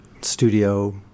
studio